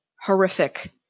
horrific